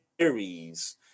series